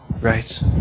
Right